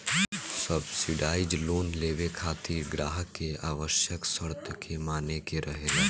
subsidise loan लेबे खातिर ग्राहक के आवश्यक शर्त के माने के रहेला